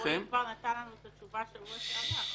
רועי כבר נתן לנו את התשובה בשבוע שעבר.